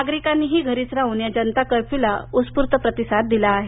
नागरिकांनीही घरीच राहून या जनता कर्फ्युला उत्स्फूर्त प्रतिसाद दिला आहेत